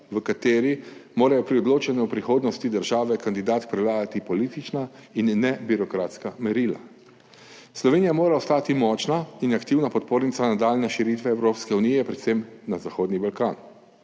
v kateri morajo pri odločanju o prihodnosti države kandidatke prevladati politična in ne birokratska merila. Slovenija mora ostati močna in aktivna podpornica nadaljnje širitve Evropske unije, predvsem na Zahodni Balkan.